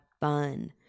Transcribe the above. fun